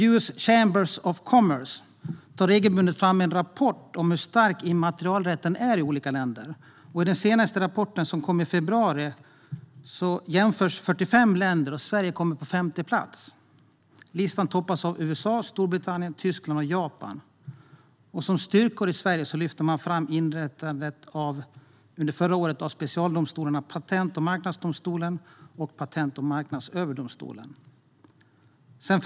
US Chamber of Commerce tar regelbundet fram en rapport om hur stark immaterialrätten är i olika länder, och den senaste rapporten kom i februari. I den jämförs 45 länder, och Sverige kommer på femte plats. Listan toppas av USA, Storbritannien, Tyskland och Japan. Som Sveriges styrkor lyfter rapporten fram inrättandet förra året av specialdomstolarna Patent och marknadsdomstolen och Patent och marknadsöverdomstolen.